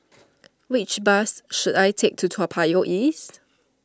which bus should I take to Toa Payoh East